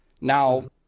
now